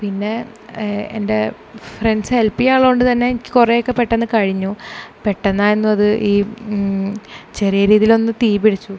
പിന്നെ എൻ്റെ friends help ചെയ്യാൻ ഉള്ളതുകൊണ്ട് തന്നെ എനിക്ക് കുറെയൊക്കെ പെട്ടെന്ന് കഴിഞ്ഞു പെട്ടെന്ന് ആയിരുന്നു അത് ഈ ചെറിയ രീതിയിൽ ഒന്നു തീപിടിച്ചു